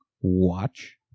watch